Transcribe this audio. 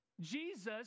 Jesus